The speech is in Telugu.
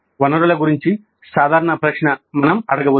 వనరుల గురించి సాధారణ ప్రశ్న మనం అడగవచ్చు